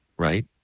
Right